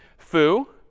foo,